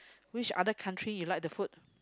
which other country you liked the food